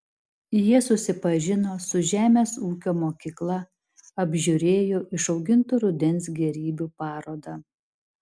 jie susipažino su žemės ūkio mokykla apžiūrėjo išaugintų rudens gėrybių parodą